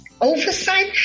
oversight